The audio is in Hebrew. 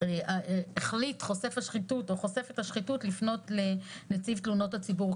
החליט חושף השחיתות או חושפת השחיתות לפנות לנציב תלונות הציבור,